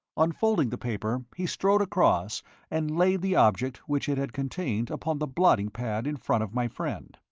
unfolding the paper, he strode across and laid the object which it had contained upon the blotting pad in front of my friend.